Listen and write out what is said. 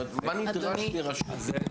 זאת אומרת, מה נדרש מהרשויות כדי להתקין דבר כזה?